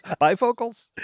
bifocals